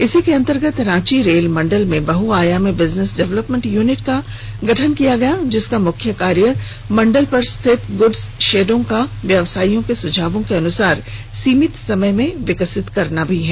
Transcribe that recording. इसी के अंतर्गत रांची रेल मंडल में बहुआयामी बिजनेस डेवलपमेंट यूनिट का गठन किया गया जिसका मुख्य कार्य मंडल पर स्थित गुड्स शेडों का व्यवसायियों के सुझायों के अनुसार सीमित समय मे विकसित करना भी है